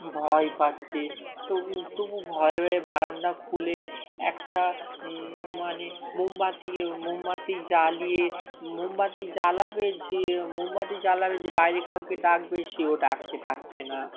ভয় পাচ্ছে তবু তবু ভয়ে ভয়ে বাগানটা খুলে একটা মানে মোমবাতি মোমবাতি জ্বালিয়ে মোমবাতি জ্বালাবে যে মোমবাতি জ্বালাবে যে বাইরে কাউকে ডাকবে সেও ডাকতে পারছে না